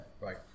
Right